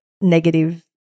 negative